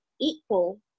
equal